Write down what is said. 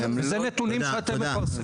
זה נתונים שאתם מפרסמים.